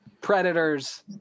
Predators